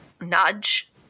nudge